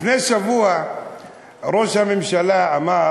לפני שבוע ראש הממשלה אמר